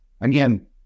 again